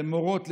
למורות,